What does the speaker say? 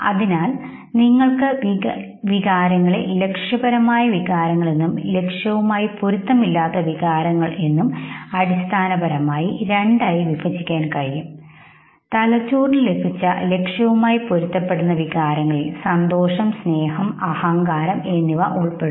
അതിനാൽ നിങ്ങൾക്ക് വികാരങ്ങളെ ലക്ഷ്യപരമായ വികാരങ്ങൾ എന്നും ലക്ഷ്യവുമായി പൊരുത്തമില്ലാത്ത വികാരങ്ങൾ എന്നും അടിസ്ഥാനപരമായി വിഭജിക്കാൻ സാധിക്കുംതലച്ചോറിന് ലഭിച്ച ലക്ഷ്യ വുമായി പൊരുത്തപ്പെടുന്ന വികാരങ്ങളിൽ സന്തോഷം സ്നേഹം അഹങ്കാരം എന്നിവ ഉൾപ്പെടും